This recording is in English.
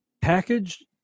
package